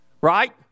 right